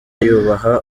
yubaha